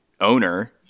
owner –